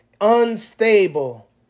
unstable